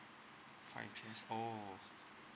right oh